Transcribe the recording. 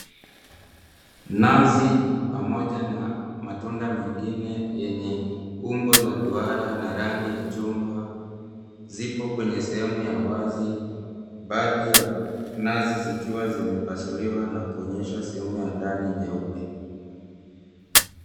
Nazi pamoja na matunda mengine yenye umbo la duara na rangi ya chungwa zipo kwenye sehemu ya wazi. Baadhi ya nazi zikiwa zimepasuliwa na kuonyesha sehemu ya ndani nyeupe.